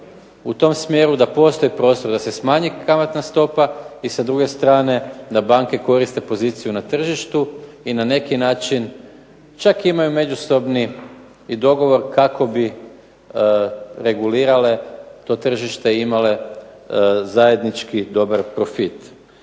u tom smjeru da postoji prostor da se smanji kamatna stopa i sa druge strane da banke koriste poziciju na tržištu i na neki način čak imaju međusobni i dogovor kako bi regulirale to tržište i imale zajednički dobar profit.